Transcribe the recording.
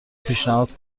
پیشنهاد